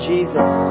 Jesus